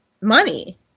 money